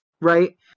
Right